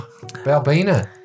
Balbina